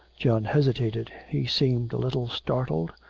john hesitated, he seemed a little startled,